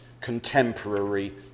contemporary